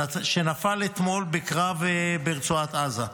שנפל אתמול בקרב ברצועת עזה.